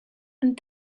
and